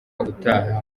utaha